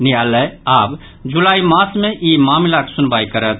न्यायालय आब जुलाई मास मे ई मामिलाक सुनवाई करत